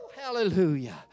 hallelujah